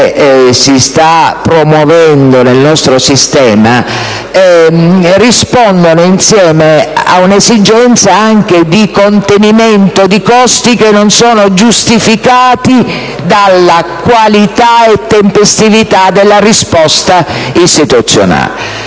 si sta promuovendo nel nostro sistema rispondono insieme ad un'esigenza di contenimento dei costi che non sono giustificati dalla qualità e tempestività della risposta istituzionale.